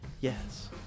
Yes